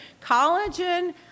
collagen